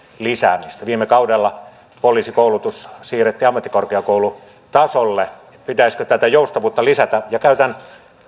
lisäämistä viime kaudella poliisikoulutus siirrettiin ammattikorkeakoulutasolle pitäisikö tätä joustavuutta lisätä käytän